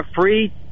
free